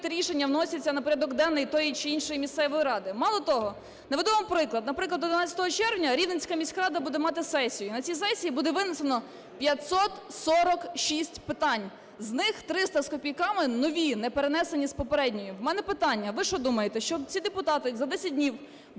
рішення вносяться на порядок денний тої чи іншої місцевої ради? Мало того, наведу вам приклад. Наприклад, 11 червня Рівненська міська рада буде мати сесію. І на цій сесії буде винесено 546 питань, з них 300 з копійками - нові, не перенесені з попередньої. В мене питання: ви що думаєте, що ці депутати за 10 днів